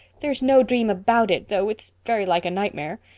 there's no dream about it, though it's very like a nightmare.